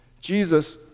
jesus